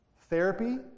Therapy